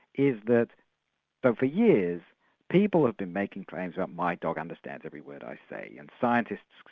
is that but for years people have been making claims of my dog understands every word i say, and scientists,